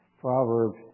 Proverbs